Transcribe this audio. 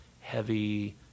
heavy